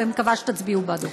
ואני מקווה שתצביעו בעדו.